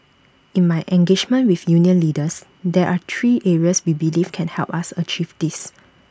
in my engagement with union leaders there are three areas we believe can help us achieve this